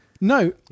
no